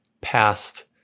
past